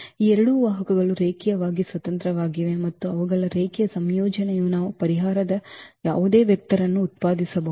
ಈ ಎರಡು ವಾಹಕಗಳು ರೇಖೀಯವಾಗಿ ಸ್ವತಂತ್ರವಾಗಿವೆ ಮತ್ತು ಅವುಗಳ ರೇಖೀಯ ಸಂಯೋಜನೆಯು ನಾವು ಪರಿಹಾರದ ಯಾವುದೇ ವೆಕ್ಟರ್ ಅನ್ನು ಉತ್ಪಾದಿಸಬಹುದು